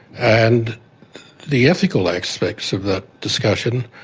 and the ethical aspects of that discussion